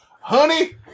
Honey